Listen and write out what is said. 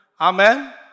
Amen